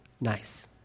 nice